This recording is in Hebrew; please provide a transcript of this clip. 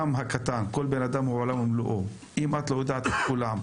גם מאגר קטן כל בן-אדם הוא עולם ומלואו אם את לא יודעת את כולם,